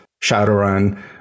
Shadowrun